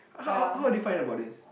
how how did you find about this